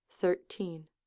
Thirteen